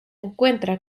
encuentra